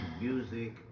music